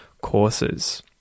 courses